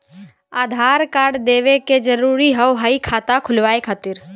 आधार कार्ड देवे के जरूरी हाव हई खाता खुलाए खातिर?